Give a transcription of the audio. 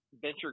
venture